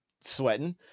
sweating